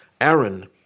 Aaron